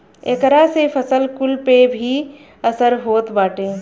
एकरा से फसल कुल पे भी असर होत बाटे